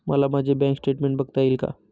मला माझे bank statement बघता येईल का?